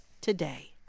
today